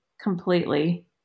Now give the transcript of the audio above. completely